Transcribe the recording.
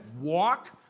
walk